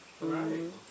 Right